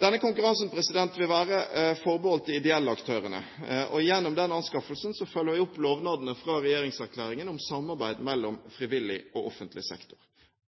Denne konkurransen vil være forbeholdt de ideelle aktørene. Gjennom den anskaffelsen følger vi opp lovnadene fra regjeringserklæringen om samarbeid mellom frivillig og offentlig sektor.